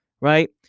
right